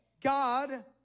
God